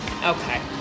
okay